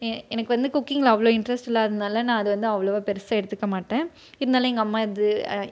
எனக்கு வந்து குக்கிங்கில் அவ்வளோ இன்ட்ரஸ்ட்டு இல்லாததுனால் நான் வந்து அவ்வளோவா பெருசாக எடுத்துக்க மாட்டேன் இருந்தாலும் எங்கள் அம்மா இது